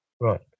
Right